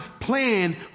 plan